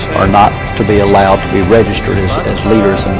are not to be allowed to be registered as leaders,